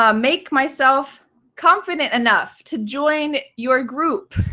ah make myself confident enough to join your group?